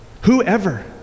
whoever